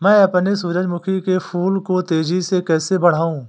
मैं अपने सूरजमुखी के फूल को तेजी से कैसे बढाऊं?